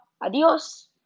Adios